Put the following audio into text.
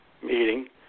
meeting